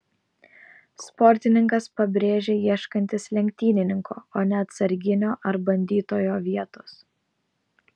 sportininkas pabrėžė ieškantis lenktynininko o ne atsarginio ar bandytojo vietos